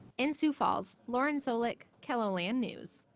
in sioux falls, lauren soulek, keloland news.